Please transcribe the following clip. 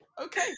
okay